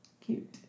Cute